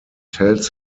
tells